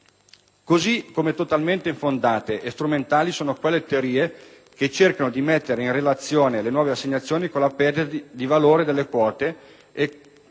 Così come totalmente infondate e strumentali sono quelle teorie che cercano di mettere in relazione le nuove assegnazioni con la perdita di valore delle quote